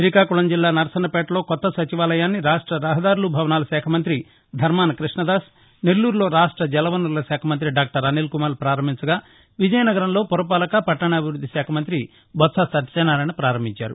శ్రీకాకుళం జిల్లా నరసన్నపేటలో కాత్త సచివాలయాన్ని రాష్ట రహదారులు భవనాల శాఖమంత్రి ధర్మాన కృష్ణదాస్ నెల్లూరులో రాష్ట జలవనరుల శాఖమంతి డాక్టర్ అనిల్కుమార్ పారంభించగా విజయనగరంలో పురపాలక పట్టణాభివృద్ది శాఖ మంగ్రి బొత్సా సత్యనారాయణ పారంభించారు